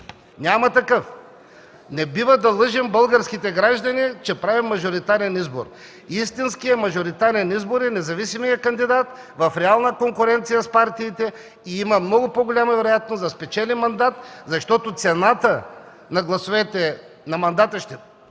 Няма такъв! Не бива да лъжем българските граждани, че правим мажоритарен избор. Истинският мажоритарен избор е независимият кандидат в реална конкуренция с партиите и има много по-голяма вероятност да спечели мандат, защото цената на гласовете на мандата ще